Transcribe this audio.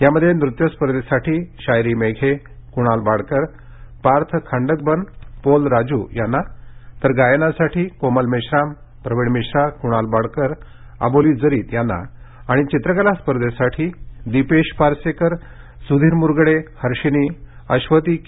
यात नृत्य स्पर्धेसाठी शायरी मेघे कुणाल बाडकर पार्थ खांडकबन पोल राजू यांना गायनासाठी कोमल मेश्राम प्रवीण मिश्रा कुणाल बाडकर अबोली जरित यांना आणि चित्रकला स्पर्धेसाठी दीपेश पार्सेकर सुधीर मुरगडे हर्षिनी अश्वती के